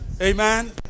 Amen